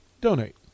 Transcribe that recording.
donate